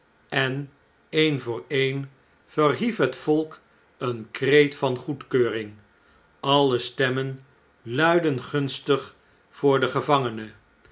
en een voor een verhief het volk een kreet van goedkeuring alle stemmen luidden gunstig voor den gevangene